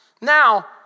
Now